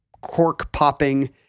cork-popping